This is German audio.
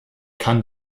kann